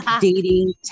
dating